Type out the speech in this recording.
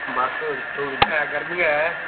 बस थोह्ड़ी ऐ गर्म गै